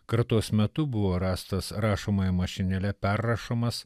kratos metu buvo rastas rašomąja mašinėle perrašomas